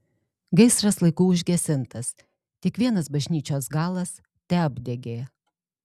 gaisras laiku užgesintas tik vienas bažnyčios galas teapdegė